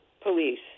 police